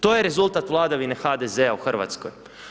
To je rezultat vladavine HDZ-a u Hrvatskoj.